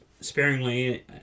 sparingly